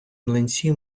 млинці